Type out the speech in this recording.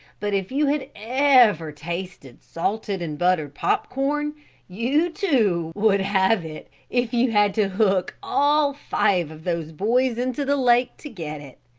but if you had ever tasted salted and buttered pop-corn you, too, would have it if you had to hook all five of those boys into the lake to get it.